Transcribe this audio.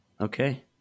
Okay